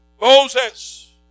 Moses